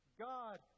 God